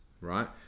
right